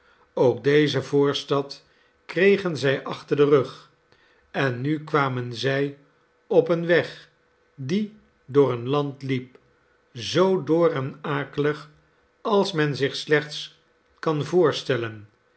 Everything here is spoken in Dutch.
ook deze voorstad kregen zij achter den rug en nu kwamen zij op een weg die door een land liep zoo dor en akelig als men zich slechts kan voorstellen